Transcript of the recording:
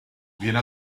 viene